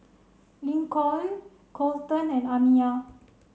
Lincoln Colton and Amiya